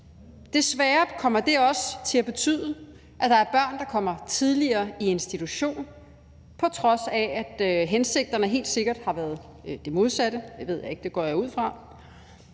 Desværre kommer det også til at betyde, at der er børn, der kommer tidligere i institution, på trods af at hensigterne helt sikkert har været det modsatte – det ved jeg ikke; det går jeg ud fra